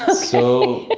ah so